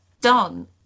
done